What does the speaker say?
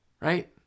Right